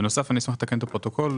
בנוסף, אני אשמח לתקן את הפרוטוקול.